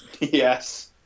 Yes